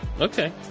Okay